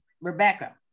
Rebecca